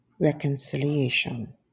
reconciliation